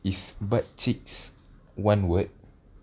if butt cheeks one word